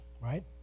right